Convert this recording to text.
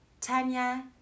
Tanya